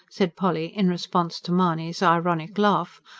said polly in response to mahony's ironic laugh.